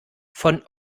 von